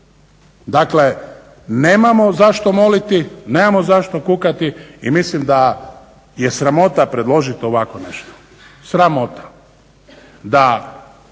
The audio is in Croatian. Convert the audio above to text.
Dakle nemamo zašto moliti, nemamo zašto kukati, i mislim da je sramota predložiti ovako nešto. Sramota.